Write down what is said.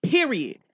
Period